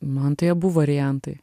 man tai abu variantai